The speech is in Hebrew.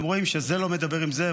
והם רואים שזה לא מדבר עם זה,